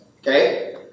okay